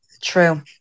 True